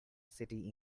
city